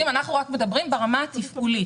אנחנו רק מדברים ברמה התפעולית,